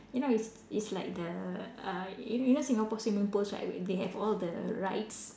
you know it's it's like the uh you know you know Singapore swimming pools right they have all the rides